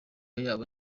yabo